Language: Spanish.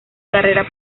carrera